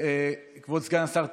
כבוד סגן השר,